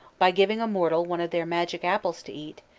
by giving a mortal one of their magic apples to eat,